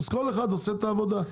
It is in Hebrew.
אז כל אחד עושה את העבודה,